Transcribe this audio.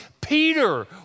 Peter